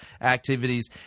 activities